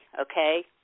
okay